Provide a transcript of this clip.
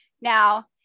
Now